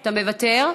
אתה מוותר?